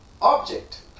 Object